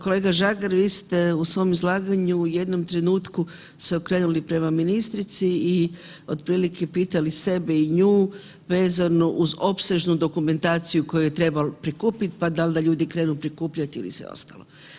Kolega Žagar, vi ste u svom izlaganju u jednom trenutku se okrenuli prema ministrici i otprilike pitali sebe i nju vezano uz opsežnu dokumentaciju koju je trebalo prikupiti, pa da li da ljudi krenu prikupljati i sve ostalo.